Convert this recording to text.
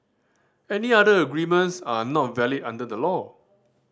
any other agreements are not valid under the law